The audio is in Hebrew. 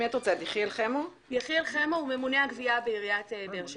יחיאל חמו, הוא ממונה על גבייה בעיריית באר שבע.